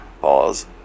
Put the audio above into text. Pause